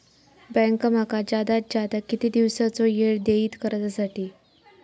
Bank माका जादात जादा किती दिवसाचो येळ देयीत कर्जासाठी?